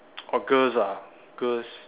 orh girls ah girls